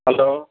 hello